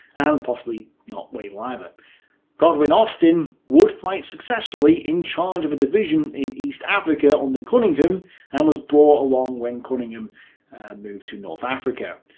and possibly not wavell like either. godwin-austen would fight successfully in charge of a division in east africa under cunningham and was brought along when cunningham moved to north africa.